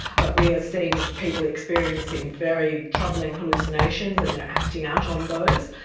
but we are seeing people experiencing very troubling hallucinations and they are acting out on those.